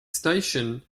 station